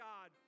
God